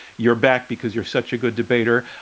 you're back because you're such a good debater.